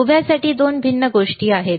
उभ्या साठी 2 भिन्न गोष्टी आहेत